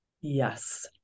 Yes